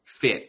fit